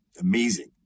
amazing